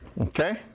Okay